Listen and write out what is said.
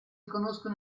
conoscono